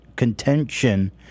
Contention